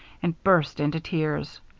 and burst into tears.